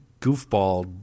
goofball